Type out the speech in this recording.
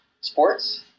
sports